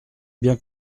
bien